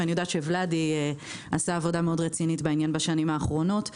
אני יודעת שוולדי עשה עבודה מאוד רצינית בעניין בשנים האחרונות.